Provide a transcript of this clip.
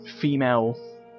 female